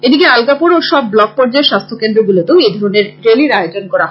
এদিকে আলগাপুর ও সব ব্লক পর্যায়ের স্বাস্থ্য কেন্দ্রগুলিতেও এধরণের র্যালীর আয়োজন করা হয়